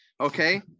Okay